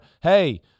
Hey